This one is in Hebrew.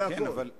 זה הכול.